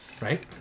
Right